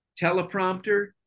teleprompter